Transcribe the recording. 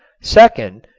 second,